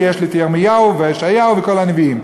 כי יש לי ירמיהו וישעיהו וכל הנביאים.